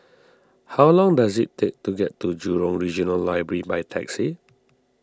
how long does it take to get to Jurong Regional Library by taxi